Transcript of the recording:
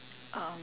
um